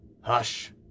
Hush